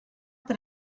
that